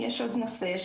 יש עוד נושא,